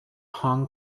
hong